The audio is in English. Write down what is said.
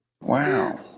Wow